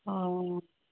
অঁ